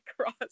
cross